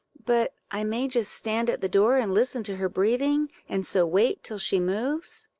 but i may just stand at the door and listen to her breathing, and so wait till she moves.